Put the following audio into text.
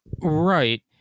Right